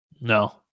No